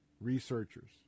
researchers